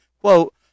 quote